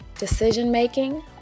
decision-making